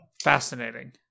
Fascinating